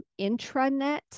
intranet